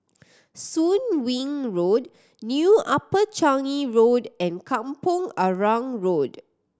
Soon Wing Road New Upper Changi Road and Kampong Arang Road